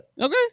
Okay